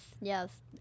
yes